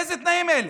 איזה תנאים אלה?